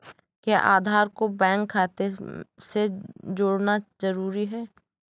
क्या आधार को बैंक खाते से जोड़ना जरूरी है?